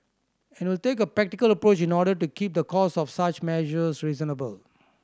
and it will take a practical approach in order to keep the cost of such measures reasonable